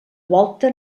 volta